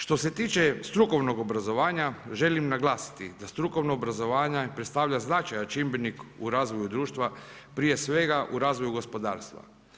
Što se tiče strukovnog obrazovanja, želim naglasiti da strukovno obrazovanje predstavlja značajan čimbenik u razvoju društva prije svega u razvoju gospodarstva.